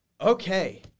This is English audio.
okay